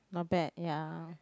not bad ya